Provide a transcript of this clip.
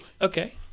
Okay